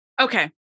Okay